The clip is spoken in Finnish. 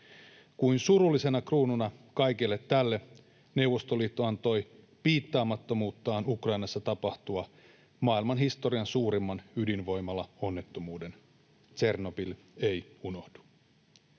Kuin surullisena kruununa kaikelle tälle Neuvostoliitto antoi piittaamattomuuttaan Ukrainassa tapahtua maailmanhistorian suurimman ydinvoimalaonnettomuuden vuonna 1986. Tšernobyl ei unohdu.